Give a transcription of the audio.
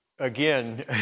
Again